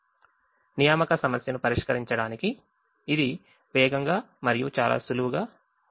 assignment problem ను పరిష్కరించడానికి ఇది వేగంగా మరియు చాలా సులువుగా పరిష్కరిస్తుంది